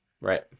Right